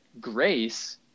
grace